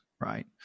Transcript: right